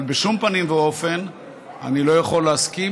אבל בשום פנים ואופן אני לא יכול להסכים